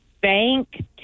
bank